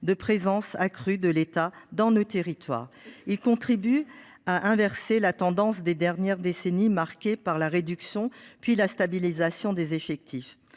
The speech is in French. de présence accrue de l’État dans nos territoires. Ils contribuent à inverser la tendance des dernières décennies, marquées par la réduction puis par la stabilisation des effectifs.